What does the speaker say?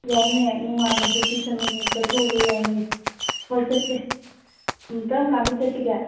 ꯌꯥꯏꯅꯦ ꯅꯨꯡꯉꯥꯏꯅ ꯕꯦꯀꯦꯁꯟ ꯑꯣꯏꯅ ꯆꯠꯊꯣꯛꯎꯕ ꯌꯥꯏꯅꯦ ꯍꯣꯏ ꯆꯠꯁꯦ ꯎꯝ ꯀꯔꯝ ꯀꯥꯟꯗ ꯆꯠꯁꯤꯒꯦ